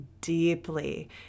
deeply